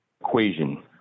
equation